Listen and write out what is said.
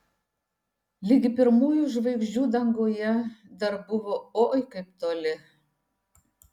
ligi pirmųjų žvaigždžių danguje dar buvo oi kaip toli